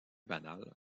banale